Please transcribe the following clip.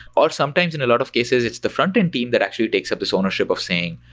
or sometimes in a lot of cases it's the frontend team that actually takes up this ownership of saying,